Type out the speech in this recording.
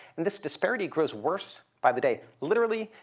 and this disparity grows worse by the day. literally,